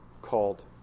called